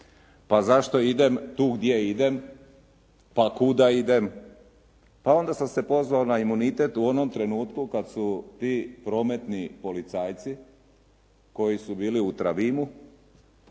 Pa zašto idem tu gdje idem, pa kuda idem? Pa onda sam se pozvao na imunitet u onom trenutku kada su ti prometni policajci koji su bili u …